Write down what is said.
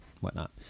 whatnot